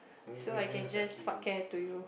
so I can just fuck care to you